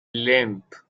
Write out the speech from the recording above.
limp